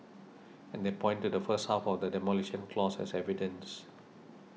and they point to the first half of the Demolition Clause as evidence